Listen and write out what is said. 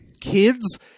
kids